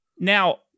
Now